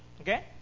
okay